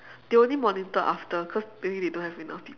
they only monitor after cause maybe they don't have enough peop~